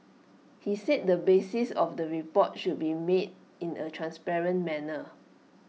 he said the basis of the report should be made in A transparent manner